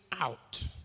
out